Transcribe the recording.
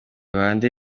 bande